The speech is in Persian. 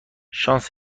شانس